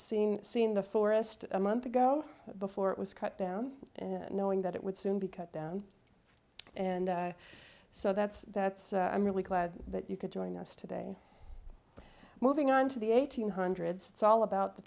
seen seen the forest a month ago before it was cut down and knowing that it would soon be cut down and so that's that's i'm really glad that you could join us today moving on to the eight hundred so all about the